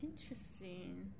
Interesting